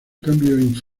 cambios